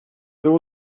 there